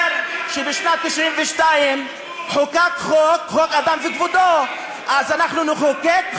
אומר שבשנת 1992 חוקק חוק, חוק